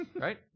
Right